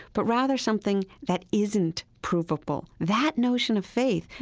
but rather something that isn't provable. that notion of faith,